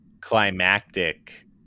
climactic